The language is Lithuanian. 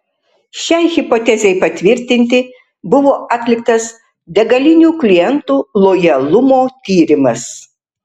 šiai hipotezei patvirtinti buvo atliktas degalinių klientų lojalumo tyrimas